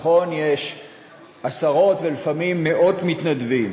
ביטחון יש עשרות ולפעמים מאות מתנדבים,